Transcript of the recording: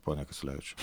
pone kasiulevičiau